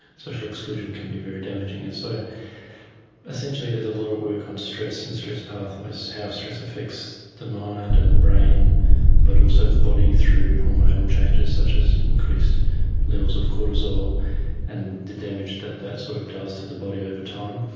social exclusion can be very damaging. and so essentially there's a lot of work on stress and stress pathways, how stress affects the mind and the brain but also the body through hormonal changes such as increased levels of cortisol and the damage that that sort of does to the body over time.